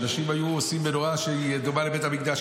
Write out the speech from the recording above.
ואנשים היו עושים מנורה שהיא דומה לבית המקדש,